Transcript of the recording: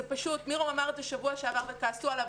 מירום אמר את זה בשבוע שעבר וכעסו עליו,